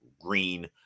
green